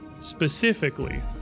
specifically